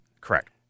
Correct